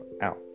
out